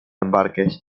embarques